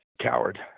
coward